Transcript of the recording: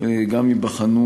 גם ייבחנו,